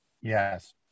Yes